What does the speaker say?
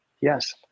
Yes